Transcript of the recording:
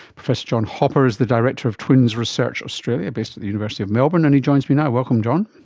professor john hopper is the director of twins research australia based at the university of melbourne and he joins me now. welcome john.